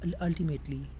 ultimately